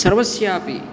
सर्वस्यापि